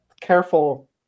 careful